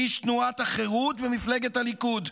איש תנועת החרות ומפלגת הליכוד,